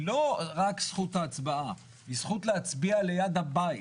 היא לא רק זכות ההצבעה, היא זכות להצביע ליד הבית.